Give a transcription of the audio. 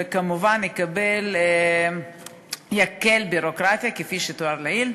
וכמובן יקל ביורוקרטית, כפי שתואר לעיל.